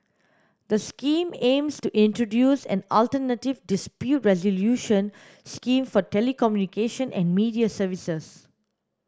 the Scheme aims to introduce an alternative dispute resolution scheme for telecommunication and media services